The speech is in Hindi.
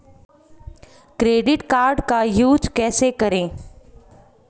क्रेडिट कार्ड का यूज कैसे करें?